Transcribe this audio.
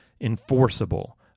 enforceable